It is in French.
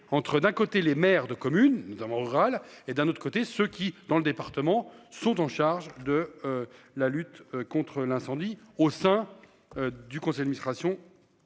entre d'un côté les maires de communes nous avons rural et d'un autre côté, ce qui dans le département sont en charge de. La lutte contre l'incendie au sein. Du Conseil administration.